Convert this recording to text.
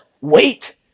wait